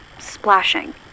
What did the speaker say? splashing